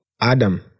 Adam